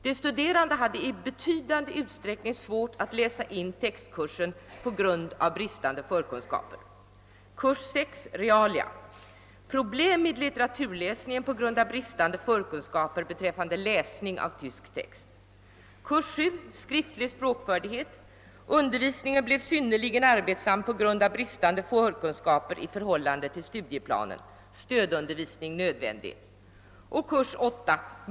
): De studerande hade i betydande utsträckning svårt att läsa in textkursen på grund av bristande förkunskaper. ——— Kurs 8.